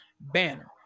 Banner